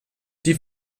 die